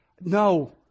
No